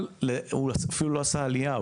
הוא אפילו לא עשה עלייה.